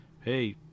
hey